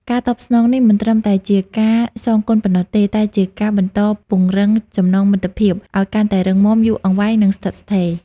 ការតបស្នងនេះមិនត្រឹមតែជាការសងគុណប៉ុណ្ណោះទេ តែជាការបន្តពង្រឹងចំណងមិត្តភាពឲ្យកាន់តែរឹងមាំ យូរអង្វែង និងស្ថិតស្ថេរ។